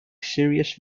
series